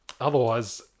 otherwise